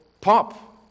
pop